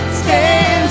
stand